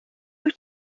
wyt